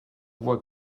voit